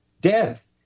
Death